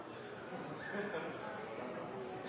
er